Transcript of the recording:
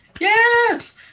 Yes